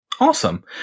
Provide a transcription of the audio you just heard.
Awesome